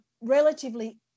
relatively